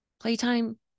Playtime